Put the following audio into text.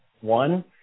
One